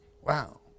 Wow